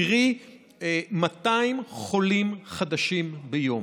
קרי 200 חולים חדשים ביום.